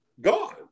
gone